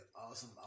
awesome